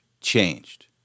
changed